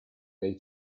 dei